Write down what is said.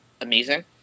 amazing